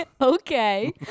Okay